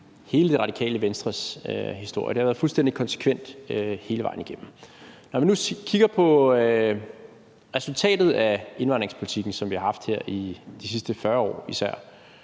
hele Radikale Venstres historie. Det har været fuldstændig konsekvent hele vejen igennem. Når man nu kigger på resultatet af den indvandringspolitik, som vi har haft her i især de sidste 40 år,